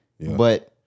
but-